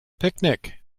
picnic